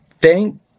thank